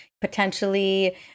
potentially